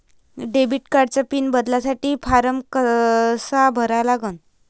Debit कार्डचा pin बदलासाठी form कसा भरा लागन?